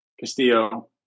Castillo